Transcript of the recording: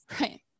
Right